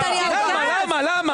טלי, תירגעי --- למה, למה, למה?